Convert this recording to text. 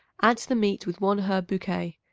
add to the meat with one herb bouquet.